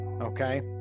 Okay